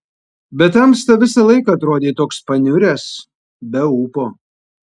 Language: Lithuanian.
bet tamsta visą laiką atrodei toks paniuręs be ūpo